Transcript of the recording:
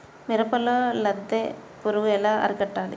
మిరపలో లద్దె పురుగు ఎలా అరికట్టాలి?